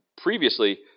previously